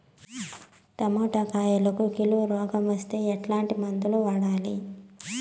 Tomato కాయలకు కిలో రోగం వస్తే ఎట్లాంటి మందులు వాడాలి?